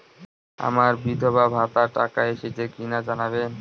আমার বিধবাভাতার টাকা এসেছে কিনা জানাবেন?